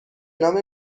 نام